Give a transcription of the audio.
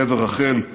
קבר רחל,